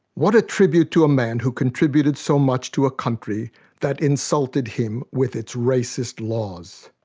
what a tribute to a man who contributed so much to a country that insulted him with its racist laws!